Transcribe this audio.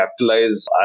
capitalize